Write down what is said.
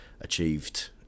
achieved